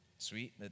Sweet